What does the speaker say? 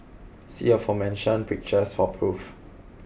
see aforementioned pictures for proof